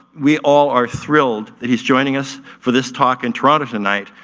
we all are thrilled that he's joining us for this talk in toronto tonight.